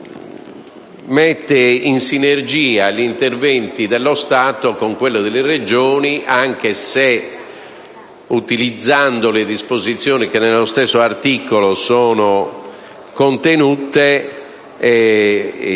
nel testo, mette in sinergia gli interventi dello Stato con quello delle Regioni, anche se, utilizzando le disposizioni che nello stesso articolo sono contenute, mette